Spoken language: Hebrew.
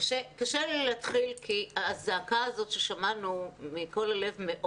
קשה לי להתחיל כי הזעקה הזאת ששמענו מעומר מכל הלב,